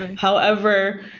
however,